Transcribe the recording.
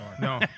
No